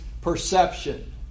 perception